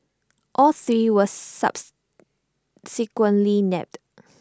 all three was nabbed